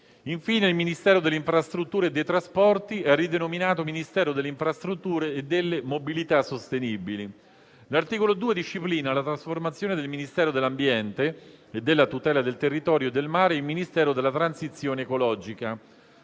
Infine, il Ministero delle infrastrutture e dei trasporti è denominato Ministero delle infrastrutture e delle mobilità sostenibili. L'articolo 2 disciplina la trasformazione del Ministero dell'ambiente e della tutela del territorio e del mare in Ministero della transizione ecologica,